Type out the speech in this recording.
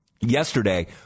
yesterday